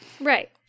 Right